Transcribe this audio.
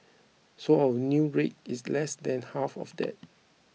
so our new rate is less than half of that